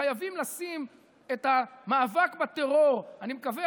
חייבים לשים את המאבק בטרור, אני מקווה,